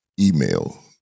email